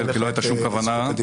לא הייתה שום כוונה.